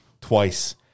twice